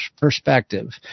perspective